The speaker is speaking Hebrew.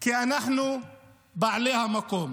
כי אנחנו בעלי המקום,